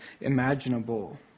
imaginable